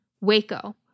Waco